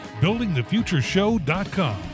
buildingthefutureshow.com